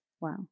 Wow